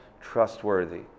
trustworthy